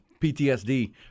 PTSD